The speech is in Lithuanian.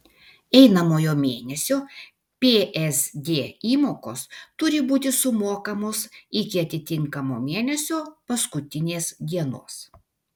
einamojo mėnesio psd įmokos turi būti sumokamos iki atitinkamo mėnesio paskutinės dienos